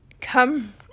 come